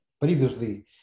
previously